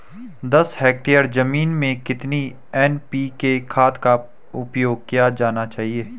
दस हेक्टेयर जमीन में कितनी एन.पी.के खाद का उपयोग किया जाना चाहिए?